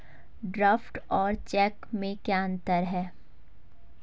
Draft और cheque में क्या अंतर है?